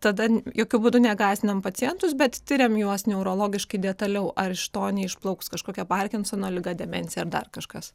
tada jokiu būdu negąsdinam pacientus bet tiriam juos neurologiškai detaliau ar iš to neišplauks kažkokia parkinsono liga demencija ar dar kažkas